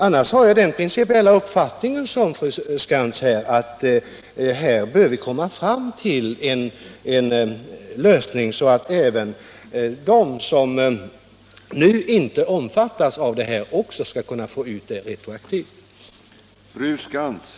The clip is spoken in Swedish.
Annars har jag samma principiella uppfattning som fru Skantz, nämligen att vi bör komma fram till en lösning så att även de som nu inte omfattas av den här rätten skall kunna få ut tillägg till sjukpenning retroaktivt.